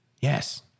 yes